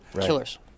Killers